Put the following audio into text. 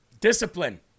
Discipline